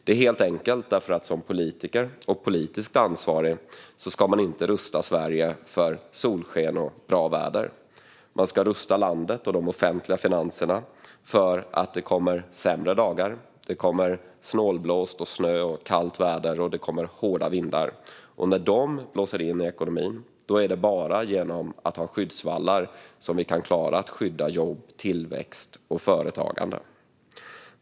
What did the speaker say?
Det är enkelt. Som politiker och politiskt ansvarig ska man inte rusta Sverige för solsken och bra väder, utan man ska rusta landet och de offentliga finanserna för att det kommer sämre dagar, snålblåst, snö, kallt väder och hårda vindar. När de blåser in i ekonomin är det bara genom att ha skyddsvallar som vi kan klara att skydda jobb, tillväxt och företagande.